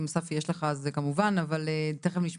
אם ספי, יש לך אז כמובן.